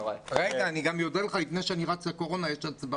אני אודה לך לפני שאני רץ לוועדת הקורונה להצבעות.